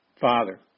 Father